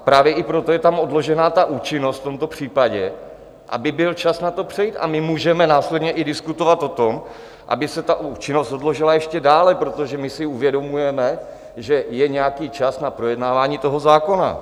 Právě i proto je tam odložena účinnost v tomto případě, aby byl čas na to přejít, a my můžeme následně i diskutovat o tom, aby se ta účinnost odložila ještě dále, protože my si uvědomujeme, že je nějaký čas na projednávání toho zákona.